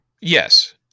yes